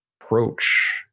approach